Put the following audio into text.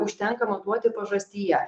užtenka matuoti pažastyje